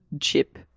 chip